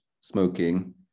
smoking